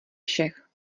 všech